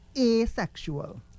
asexual